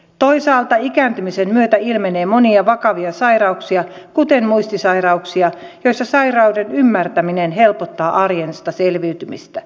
toisaalta ikääntymisen myötä ilmenee monia vakavia sairauksia kuten muistisairauksia joissa sairauden ymmärtäminen helpottaa arjesta selviytymistä